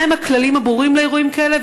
מה הם הכללים הברורים לאירועים כאלה,